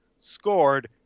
scored